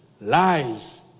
lies